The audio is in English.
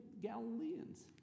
Galileans